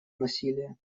насилия